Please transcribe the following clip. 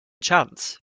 chance